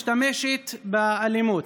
מפעילה כוח ומשתמשת באלימות.